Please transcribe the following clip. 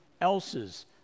else's